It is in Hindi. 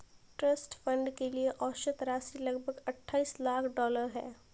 ट्रस्ट फंड के लिए औसत राशि लगभग अट्ठाईस लाख डॉलर है